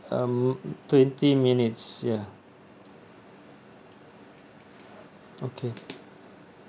um twenty minutes ya okay